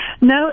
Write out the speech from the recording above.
No